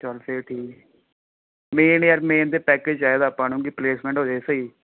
ਚਲ ਫਿਰ ਠੀਕ ਮੇਨ ਯਾਰ ਮੇਨ ਤਾਂ ਪੈਕਜ ਚਾਹੀਦਾ ਆਪਾਂ ਨੂੰ ਕਿ ਪਲੇਸਮੈਂਟ ਹੋ ਜਾਵੇ ਸਹੀ